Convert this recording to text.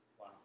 Wow